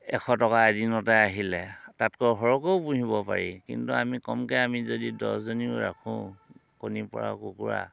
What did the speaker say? এশ টকা এদিনতে আহিলে তাতকৈ সৰহকৈও পুহিব পাৰি কিন্তু আমি কমকৈ আমি যদি দহজনীও ৰাখোঁ কণী পৰা কুকুৰা